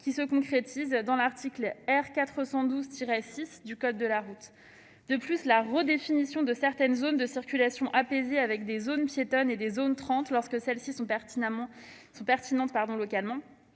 qui se concrétise dans l'article R. 412-6 du code de la route. De plus, la redéfinition de certaines zones de circulation apaisée incluant des zones piétonnes et des zones 30 lorsque celles-ci sont pertinentes localement